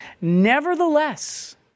Nevertheless